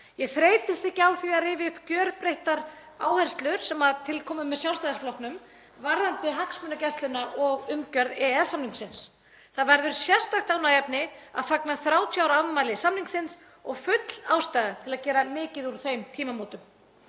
Ég þreytist ekki á því að rifja upp gjörbreyttar áherslur sem komu til með Sjálfstæðisflokknum varðandi hagsmunagæsluna og umgjörð EES-samningsins. Það verður sérstakt ánægjuefni að fagna 30 ára afmæli samningsins og full ástæða til að gera mikið úr þeim tímamótum.